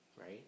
right